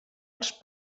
els